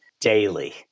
daily